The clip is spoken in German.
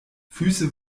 füße